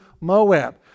Moab